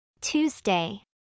Tuesday